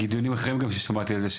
מדיונים אחרים גם שמעתי את זה,